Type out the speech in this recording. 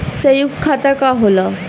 सयुक्त खाता का होला?